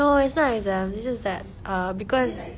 no it's not exam it's just that err because